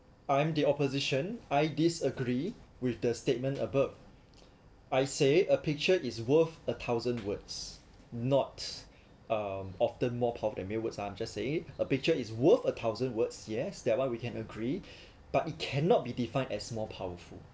I am the opposition I disagree with the statement above I say a picture is worth a thousand words not um often more power than mere words I'm just saying a picture is worth a thousand words yes that one we can agree but it cannot be defined as more powerful